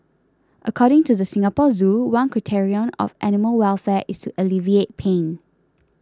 according to the Singapore Zoo one criterion of animal welfare is to alleviate pain